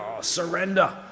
surrender